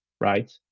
right